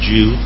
Jew